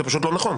זה פשוט לא נכון.